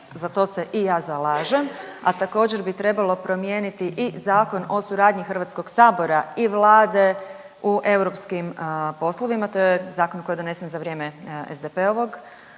za to se i ja zalažem, a također bi trebalo promijeniti i Zakon o suradnji HS i Vlade u europskim poslovima, to je zakon koji je donesen za vrijeme SDP-ovog